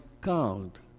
count